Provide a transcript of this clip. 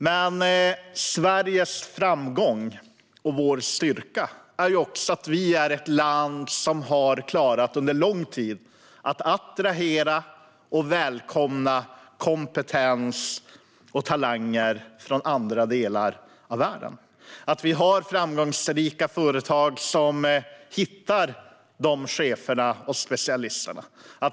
Men Sveriges framgång och vår styrka beror också på att vi är ett land som under lång tid har klarat att attrahera och välkomna kompetens och talanger från andra delar av världen. Vi har framgångsrika företag som hittar chefer och specialister.